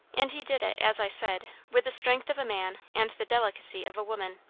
and he did it, as i said, with the strength of a man and the delicacy of a woman.